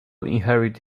inherit